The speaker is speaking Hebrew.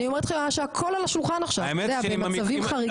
אני אומרת לך שהכל על השולחן עכשיו אתה יודע במצבים חריגים.